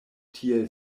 tiel